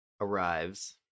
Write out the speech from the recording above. arrives